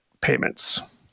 payments